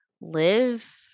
live